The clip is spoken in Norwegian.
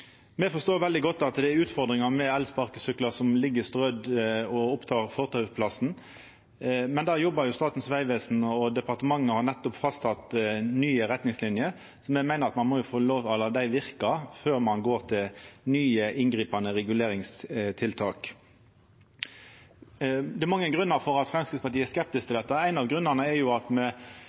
forstår veldig godt at det er utfordringar med elsparkesyklar som ligg strødde og tek opp fortausplassen, men det jobbar jo Statens vegvesen med, og departementet har nettopp fastsett nye retningslinjer. Me meiner at ein må la dei få verka før ein går til nye, inngripande reguleringstiltak. Det er mange grunnar til at Framstegspartiet er skeptisk til dette. Éin av grunnane er at me ønskjer at